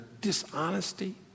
dishonesty